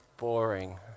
boring